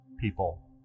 people